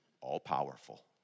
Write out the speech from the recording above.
all-powerful